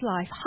life